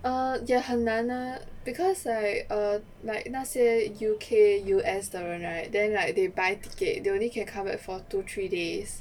err 也很难 ah because like err like 那些 U_K U_S 的人 right then like they buy ticket they only can come back for two three days